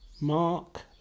mark